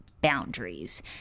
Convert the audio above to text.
boundaries